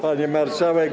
Pani Marszałek!